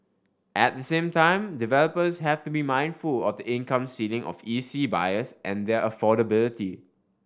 at the same time developers have to be mindful of the income ceiling of E C buyers and their affordability